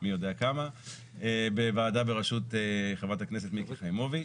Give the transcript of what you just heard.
המי יודע כמה בוועדה בראשות חברת הכנסת מיקי חיימוביץ'.